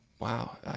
wow